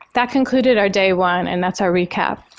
that concluded our day one and that's our recap.